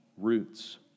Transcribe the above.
roots